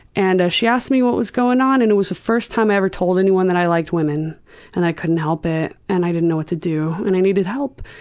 and she asked me what was going on and it was the first time i ever told anyone that i liked women and i couldn't help it and i didn't know what to do and i needed help.